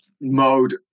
mode